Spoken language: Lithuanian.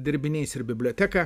dirbiniais ir biblioteka